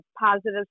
positive